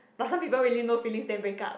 but some people really no feelings then break up